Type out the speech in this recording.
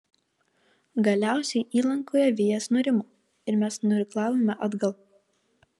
galiausiai įlankoje vėjas nurimo ir mes nuirklavome atgal